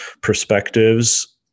perspectives